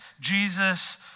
Jesus